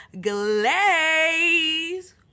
Glaze